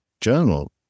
journal